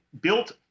built